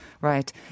Right